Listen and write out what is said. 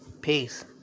peace